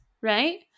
right